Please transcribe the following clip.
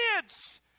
kids